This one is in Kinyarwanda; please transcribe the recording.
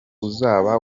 uzaba